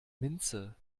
minze